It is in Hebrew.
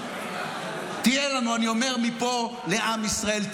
תהיה לנו, אני אומר מפה לעם ישראל.